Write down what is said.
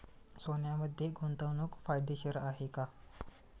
सोन्यामध्ये गुंतवणूक फायदेशीर आहे का?